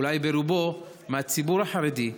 אולי ברובו מהציבור החרדי,